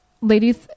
ladies